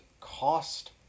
cost